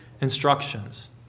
instructions